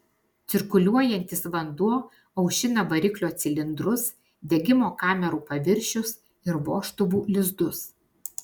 cirkuliuojantis vanduo aušina variklio cilindrus degimo kamerų paviršius ir vožtuvų lizdus